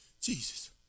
Jesus